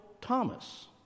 Thomas